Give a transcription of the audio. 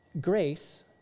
Grace